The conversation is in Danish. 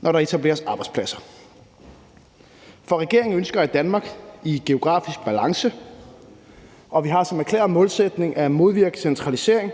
når der etableres arbejdspladser. For regeringen ønsker et Danmark i geografisk balance, og vi har som erklæret målsætning at modvirke centralisering